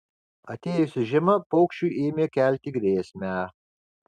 atėjusi žiema paukščiui ėmė kelti grėsmę